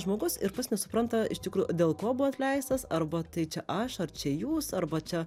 žmogus ir pats nesupranta iš tikro dėl ko buvo atleistas arba tai čia aš ar čia jūs arba čia